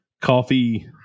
coffee